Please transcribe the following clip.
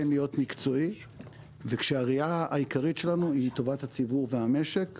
כן להיות מקצועי וכשהראייה העיקרית שלנו היא טובת הציבור והמשק,